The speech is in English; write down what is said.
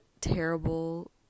terrible